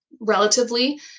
relatively